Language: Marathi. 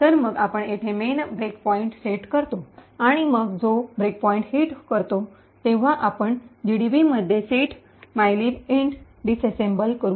तर मग आपण मेन मध्ये ब्रेकपॉईंट सेट करतो आणि मग जेव्हा ब्रेकपॉईंट हिट करतो तेव्हा आपण जीडीबीमध्ये set mylib int set mylib int disassemble करू